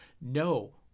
No